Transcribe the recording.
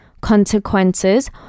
consequences